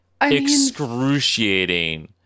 excruciating